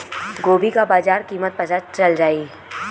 गोभी का बाजार कीमत पता चल जाई?